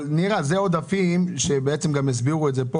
נירה, זה עודפים שבעצם גם הסבירו את זה פה.